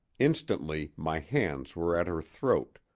instantly my hands were at her throat,